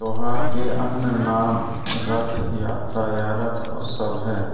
त्योहार के अन्य नाम रथ यात्रा या रथ उत्सव है